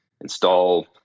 install